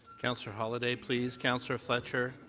councillor holyday, please, councillor fletcher.